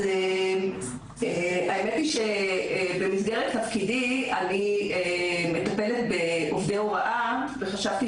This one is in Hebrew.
אז האמת היא שבמסגרת תפקידי אני מטפלת בעובדי הוראה ואני חשבתי